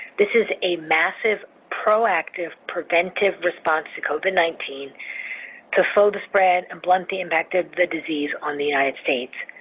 this is a massive proactive preventive response to covid nineteen to slow the spread and blunt the impact of the disease on the united states.